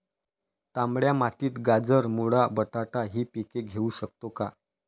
तांबड्या मातीत गाजर, मुळा, बटाटा हि पिके घेऊ शकतो का?